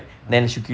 ah